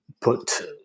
put